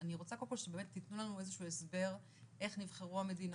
אני רוצה קודם כל שבאמת תיתנו לנו איזשהו הסבר איך נבחרו המדינות האלה.